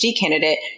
candidate